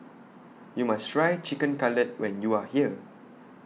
YOU must Try Chicken Cutlet when YOU Are here